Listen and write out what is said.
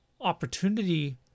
opportunity